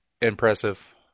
Impressive